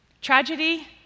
Tragedy